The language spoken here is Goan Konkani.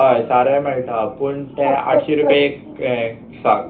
हय सारें मेळटा पूण तें आठशी रुपया एक यें साक